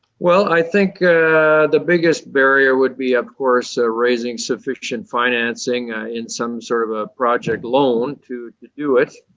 well, i think the biggest barrier would be of course raising sufficient financing in some sort of a project loan to to do it.